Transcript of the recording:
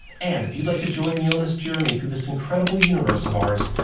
and if you'd like to join me on this journey through this incredible universe of ours,